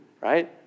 right